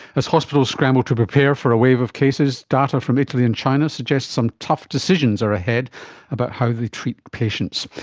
as hospitals scramble to prepare for a wave of cases, data from italy and china suggest some tough decisions are ahead about how you treat patients.